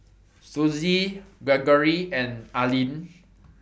Suzy Greggory and Allyn